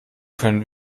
können